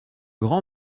grand